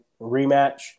rematch